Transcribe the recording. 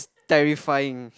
terrifying